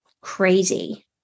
Crazy